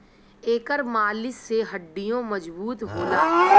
एकर मालिश से हड्डीयों मजबूत होला